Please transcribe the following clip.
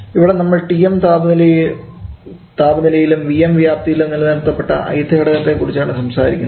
ഇവിടെ നമ്മൾ Tm താപനിലയിലും Vm വ്യാപ്തിയിലും നിലനിർത്തപ്പെട്ട ith ഘടകത്തെ കുറിച്ചാണ് സംസാരിക്കുന്നത്